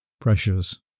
pressures